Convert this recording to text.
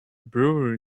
brewery